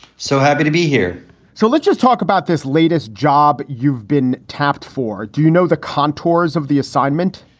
so happy to be here. so let's just talk about this latest job. you've been tapped for. do you know the contours of the assignment?